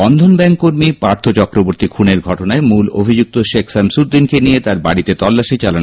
বন্ধন ব্যাঙ্ককর্মী পার্থ চক্রবর্তী খুনের ঘটনায় মূল অভিযুক্ত শেখ সামসৃদ্দীনকে নিয়ে তার বাড়িতে তল্লাশী চালায়